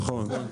נכון.